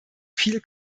viel